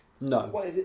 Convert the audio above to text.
No